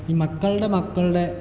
ഈ മക്കൾടെ മക്കൾടെ